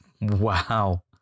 Wow